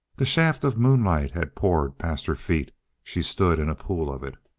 the shaft of moonlight had poured past her feet she stood in a pool of it.